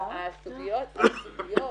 לא, במקום